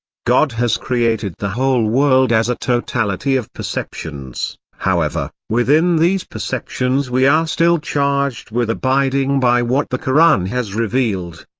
god has created the whole world as a totality of perceptions, however, within these perceptions we are still charged with abiding by what the koran has revealed.